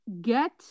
get